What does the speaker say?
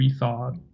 rethought